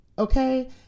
Okay